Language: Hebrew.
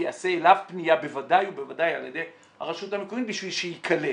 תיעשה אליו פנייה בוודאי ובוודאי על ידי הרשות המקומית בשביל שייקלט.